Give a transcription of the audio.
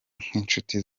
nk’inshuti